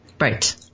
Right